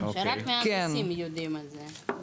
רק מהנדסים יודעים את זה.